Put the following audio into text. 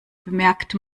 bemerkt